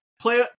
play